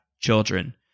children